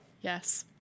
Yes